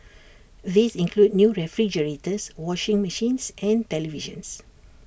these include new refrigerators washing machines and televisions